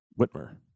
Whitmer